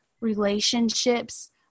relationships